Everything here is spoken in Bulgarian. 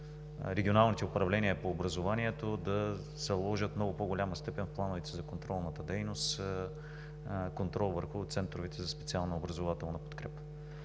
регионалните управления по образованието да заложат в много по-голяма степен в плановете си за контролната дейност контрол върху центровете за специална образователна подкрепа.